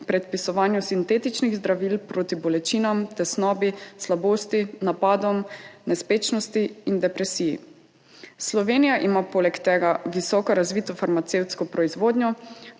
predpisovanju sintetičnih zdravil proti bolečinam, tesnobi, slabosti, napadom nespečnosti in depresiji. Slovenija ima poleg tega visoko razvito farmacevtsko proizvodnjo.